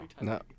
No